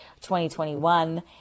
2021